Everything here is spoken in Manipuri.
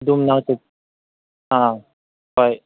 ꯑꯗꯨ ꯃꯅꯥꯛꯇ ꯑꯥ ꯍꯣꯏ